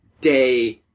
day